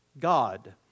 God